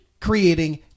creating